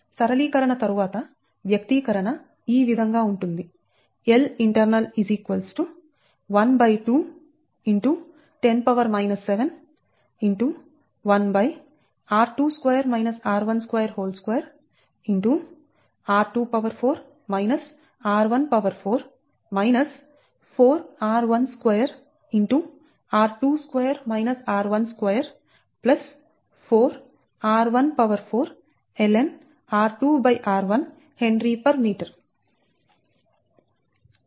సరళీకరణ తరువాత వ్యక్తీకరణ ఈ విధంగా ఉంటుంది Lint 12 x 10 7 x 12 4r12 4r14 lnr2 r1 Hm